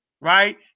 right